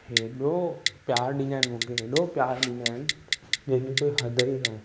हेॾो प्यारु ॾींदा आहिनि मूंखे हेॾो प्यारु ॾींदा आहिनि जंहिंजी कोई हद ई न आहे